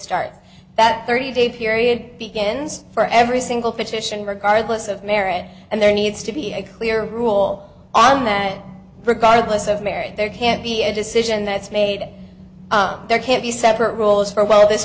starts that thirty day period begins for every single petition regardless of marriage and there needs to be a clear rule on that regardless of marriage there can't be a decision that's made there can't be separate roles for well this